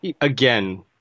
again